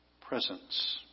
presence